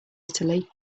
italy